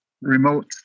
remote